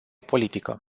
politică